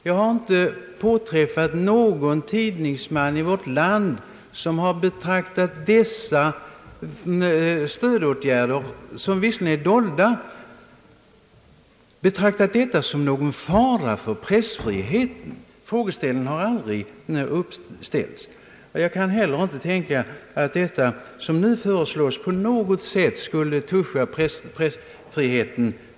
Jag har inte träffat någon tidningsman i vårt land som betraktar dessa stödåtgärder — vilka visserligen är dolda — som någon fara för pressfriheten. Den frågeställningen har aldrig uppkommit. Jag kan heller inte tänka mig att det som nu föreslås skulle på något sätt toucha pressfriheten.